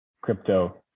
crypto